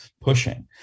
pushing